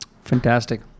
Fantastic